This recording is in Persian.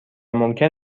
ممکن